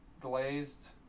glazed